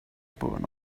button